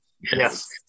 Yes